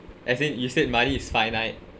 as in you said money is finite